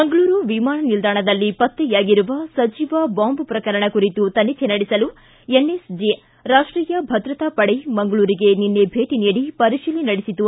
ಮಂಗಳೂರು ವಿಮಾನ ನಿಲ್ದಾಣದಲ್ಲಿ ಪತ್ತೆಯಾಗಿರುವ ಸಜೀವ ಬಾಂಬ್ ಪ್ರಕರಣ ಕುರಿತು ತನಿಖೆ ನಡೆಸಲು ಎನ್ಎಸ್ಜಿ ರಾಷ್ಷೀಯ ಭದ್ರತಾ ಪಡೆ ಮಂಗಳೂರಿಗೆ ನಿನ್ನೆ ಭೇಟಿ ನೀಡಿ ಪರಿಶೀಲನೆ ನಡೆಸಿತು